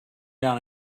down